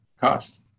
cost